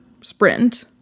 sprint